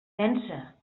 pensa